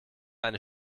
eine